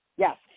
Yes